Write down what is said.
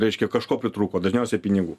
reiškia kažko pritrūko dažniausia pinigų